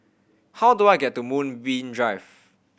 how do I get to Moonbeam Drive